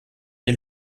est